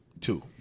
Two